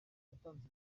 yatanze